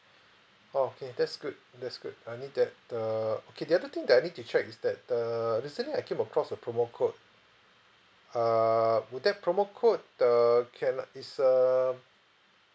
oh okay that's good that's good I need that err okay the other thing that I need to check is that err recently I came across a promo code err would that promo code err can uh is err